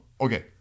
Okay